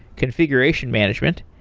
configuration management,